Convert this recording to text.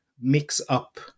mix-up